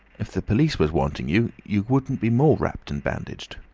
if the police was wanting you you couldn't be more wropped and bandaged.